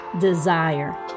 desire